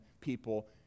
people